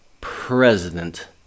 president